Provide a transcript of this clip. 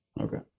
Okay